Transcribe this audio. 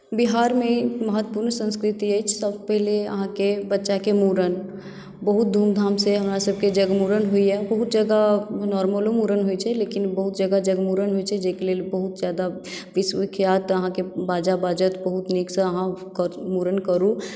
बिहारमे महत्वपूर्ण संस्कृति अछि तऽ पहिले अहाँके बच्चाके मूड़न बहुत धूमधामसँ हमरासभकेँ जगमूड़न होइए बहुत जगह नॉर्मलो मूड़न होइत छै लेकिन बहुत जगमूड़न होइत छै जाहिके लेल बहुत ज्यादा विश्वविख्यात अहाँकेँ बाजा बाजत बहुत नीकसँ अहाँ मूड़न करू